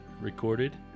recorded